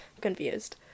confused